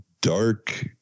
dark